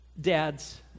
Dads